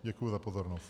Děkuji za pozornost.